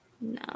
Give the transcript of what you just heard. No